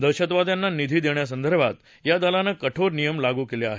दहशतवाद्यांना निधी देण्यासंदर्भात या दलानं कठोर नियम लागू केले आहेत